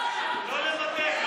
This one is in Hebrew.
לא לוותר.